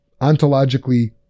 ontologically